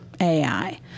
AI